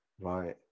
Right